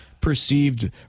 perceived